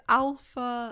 alpha